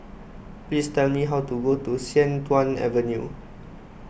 please tell me how to go to Sian Tuan Avenue